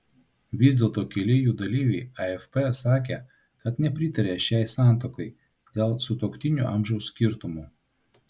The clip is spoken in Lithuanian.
vis dėlto keli jų dalyviai afp sakė kad nepritaria šiai santuokai dėl sutuoktinių amžiaus skirtumo